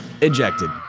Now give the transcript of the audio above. ejected